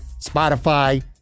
Spotify